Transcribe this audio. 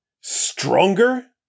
Stronger